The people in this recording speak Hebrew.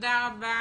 תודה רבה.